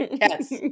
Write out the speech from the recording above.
yes